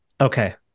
okay